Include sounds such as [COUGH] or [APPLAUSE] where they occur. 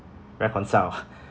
reconcile ah [NOISE]